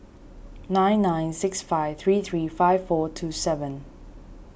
nine nine six five three three five four two seven